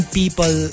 people